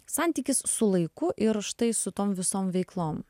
santykis su laiku ir užtai su tom visom veiklom